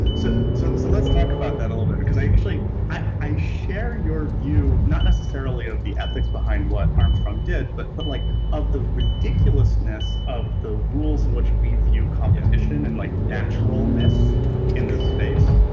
ah so so so let's talk about that a little bit, cause actually, i share your view, not necessarily of the ethics behind what armstrong did, but but like, of the ridiculousness of the rules in which we view competition and like naturalness in the space,